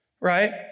right